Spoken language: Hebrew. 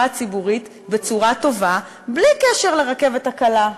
הציבורית בצורה טובה בלי קשר לרכבת הקלה.